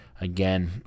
Again